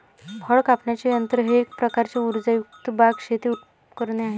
फळ कापण्याचे यंत्र हे एक प्रकारचे उर्जायुक्त बाग, शेती उपकरणे आहे